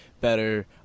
better